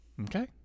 okay